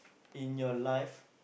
in your life